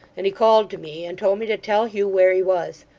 and he called to me, and told me to tell hugh where he was.